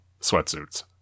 sweatsuits